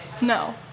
No